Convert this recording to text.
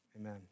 amen